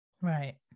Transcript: Right